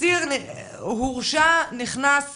אסיר הורשע, נכנס